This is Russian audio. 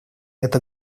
это